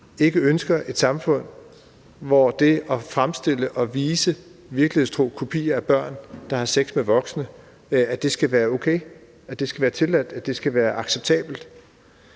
ikke ønsker et samfund, hvor det at fremstille og vise virkelighedstro kopier af børn, der har sex med voksne, skal være okay, at det skal være tilladt, at det skal være acceptabelt.